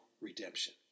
redemption